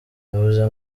bivuze